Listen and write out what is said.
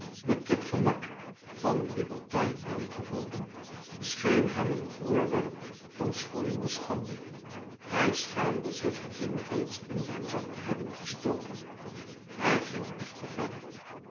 met dit gemak van libertijn aangeboden scheen hem een voorwerp van schroeiende schande hij schaamde zich het ding reeds in zijn zak te hebben gestoken hij ging echter verder